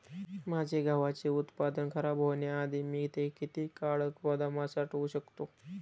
माझे गव्हाचे उत्पादन खराब होण्याआधी मी ते किती काळ गोदामात साठवू शकतो?